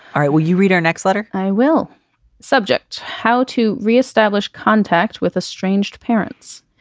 all right. well, you read our next letter i will subject how to re-establish contact with a stranger. parents.